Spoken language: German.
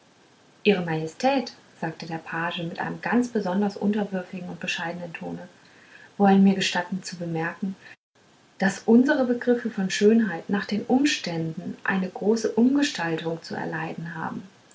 ihre majestät sagte der page in einem ganz besonders unterwürfigen und bescheidenen tone wollen mir gestatten zu bemerken daß unsere begriffe von schönheit nach den umständen eine große umgestaltung zu erleiden haben